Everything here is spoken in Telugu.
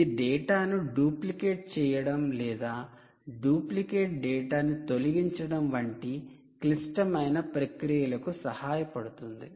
ఇది డేటా ను డూప్లికేట్ చెయ్యడం లేదా డూప్లికేట్ డేటా ను తొలగించడం వంటి క్లిష్టమైన ప్రక్రియలకు సహాయపడుతుంది